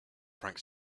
frank